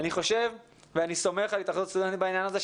אני חושב ואני סומך על התאחדות הסטודנטים בעניין הזה,